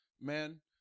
man